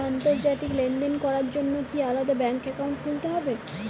আন্তর্জাতিক লেনদেন করার জন্য কি আলাদা ব্যাংক অ্যাকাউন্ট খুলতে হবে?